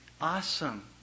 Awesome